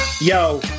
Yo